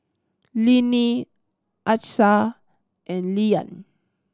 Linnie Achsah and Lilyan